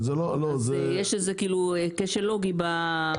אז יש איזה כשל לוגי באמירה הזאת.